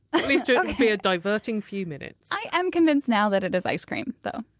at least it a ah diverting few minutes. i am convinced now that it is ice cream, though.